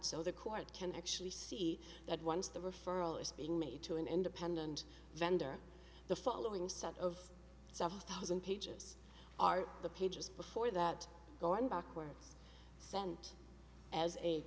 so the court can actually see that once the referral is being made to an independent vendor the following set of seven thousand pages are the pages before that going backwards sent as a